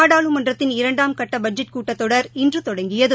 நாடாளுமன்றத்தின் இரண்டாம் கட்டபட்ஜெட் கூட்டத் தொடர் இன்றுதொடங்கியது